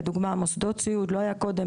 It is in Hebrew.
לדוגמא מוסדות סיעוד לא היה קודם,